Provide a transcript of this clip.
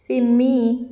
Simmi